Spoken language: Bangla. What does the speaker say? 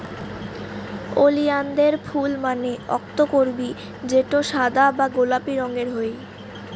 ওলিয়ানদের ফুল মানে অক্তকরবী যেটো সাদা বা গোলাপি রঙের হই